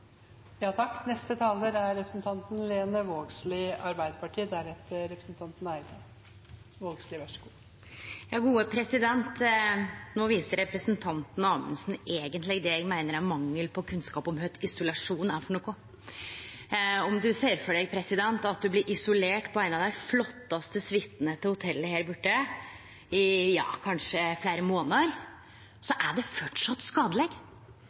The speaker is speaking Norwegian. viste representanten Amundsen eigentleg det eg meiner er mangel på kunnskap om kva isolasjon er for noko. Om du ser for deg at du blir isolert på ein av dei flottaste suitane til eit hotell i kanskje fleire månader, er det framleis skadeleg.